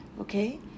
okay